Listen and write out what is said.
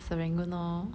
serangoon lor